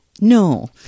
No